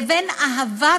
לבין אהבת